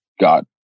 God